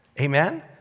Amen